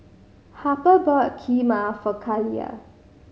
Harper bought Kheema for Kaliyah